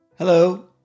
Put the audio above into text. Hello